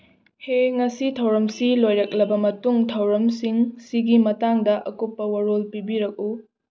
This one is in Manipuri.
ꯍꯦ ꯉꯁꯤ ꯊꯧꯔꯝꯁꯤ ꯂꯣꯏꯔꯛꯂꯕ ꯃꯇꯨꯡ ꯊꯧꯔꯝꯁꯤꯡꯁꯤꯒꯤ ꯃꯇꯥꯡꯗ ꯑꯀꯨꯞꯄ ꯋꯥꯔꯣꯜ ꯄꯤꯕꯤꯔꯛꯎ